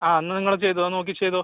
ആ എന്നാൽ നിങ്ങൾ ചെയ്തോ നോക്കി ചെയ്തോ